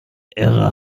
irre